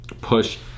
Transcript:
push